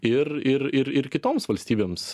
ir ir ir ir kitoms valstybėms